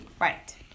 Right